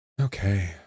Okay